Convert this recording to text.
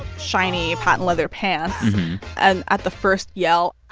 shiny patent leather pants and at the first yell.